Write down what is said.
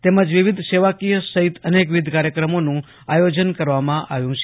તેમજ વિવિધ સેવાકીય સહિત અનેકવિધ કાર્યક્રમોનું આયોજન કરવામાં આવ્યું છે